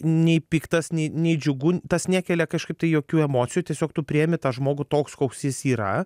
nei piktas nei nei džiugu tas nekelia kažkaip tai jokių emocijų tiesiog tu priemi tą žmogų toks koks jis yra